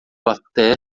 até